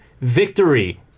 victory